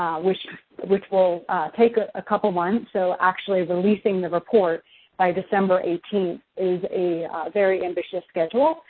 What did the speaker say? um which which will take ah a couple of months. so, actually releasing the report by december eighteenth is a very ambitious schedule.